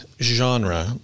genre